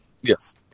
Yes